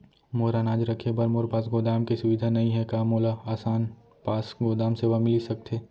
मोर अनाज रखे बर मोर पास गोदाम के सुविधा नई हे का मोला आसान पास गोदाम सेवा मिलिस सकथे?